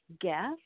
guest